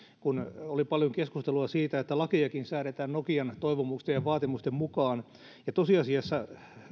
kun oli paljon keskustelua siitä että lakejakin säädetään nokian toivomusten ja vaatimusten mukaan ja tosiasiassa